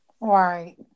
right